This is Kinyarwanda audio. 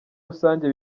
rusange